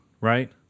right